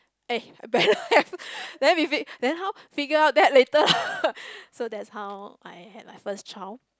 eh better have then we then how figure out that later so that's how I had my first child